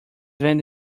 event